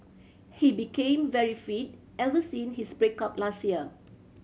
he became very fit ever since his break up last year